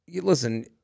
Listen